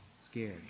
Scared